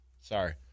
sorry